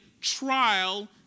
trial